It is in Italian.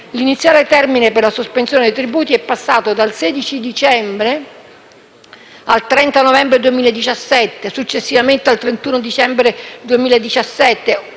l'iniziale termine per la sospensione dei tributi è passato dal 16 dicembre 2016 al 30 novembre 2017, successivamente al 31 dicembre 2017